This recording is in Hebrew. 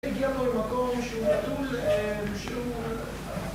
זה הגיע לו ממקום שהוא נטול, שהוא...